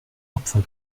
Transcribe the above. opfer